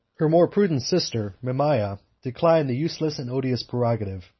her more prudent sister, mamaea, declined the useless and odious prerogative,